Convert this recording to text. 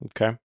okay